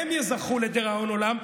הם ייזכרו לדיראון עולם,